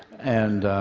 and